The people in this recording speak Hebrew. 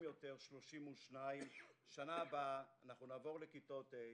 יותר 32. שנה הבאה נעבור לכיתות ה',